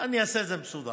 אני אעשה את זה מסודר: